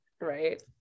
Right